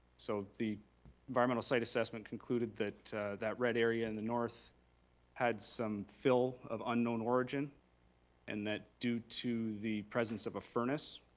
so the environmental site assessment concluded that that red area in the north had some fill of unknown origin and that due to the presence of a furnace,